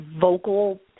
vocal